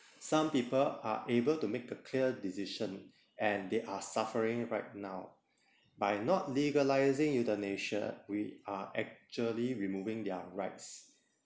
some people are able to make a clear decision and they are suffering right now by not legalizing euthanasia we are actually removing their rights